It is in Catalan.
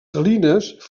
salines